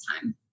time